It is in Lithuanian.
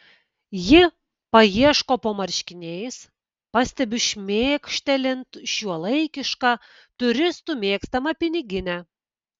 ji paieško po marškiniais pastebiu šmėkštelint šiuolaikišką turistų mėgstamą piniginę